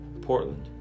Portland